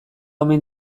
omen